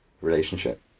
relationship